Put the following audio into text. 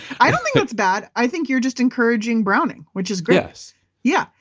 i don't think that's bad. i think you're just encouraging browning, which is great yes yeah.